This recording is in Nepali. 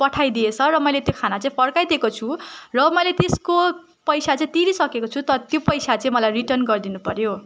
पठाइदिएछ र मैले त्यो खाना चाहिँ फर्काइदिएको छु र मैले त्यसको पैसा चाहिँ तिरिसकेको छु तर त्यो पैसा चाहिँ मलाई रिटर्न गरिदिनुपर्यो